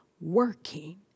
working